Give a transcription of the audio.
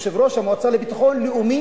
יושב-ראש המועצה לביטחון לאומי,